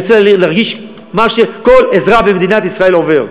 אני רוצה להרגיש מה שכל אזרח במדינת ישראל עובר.